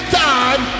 time